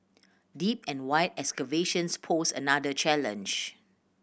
deep and wide excavations posed another challenge